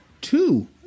two